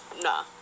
nah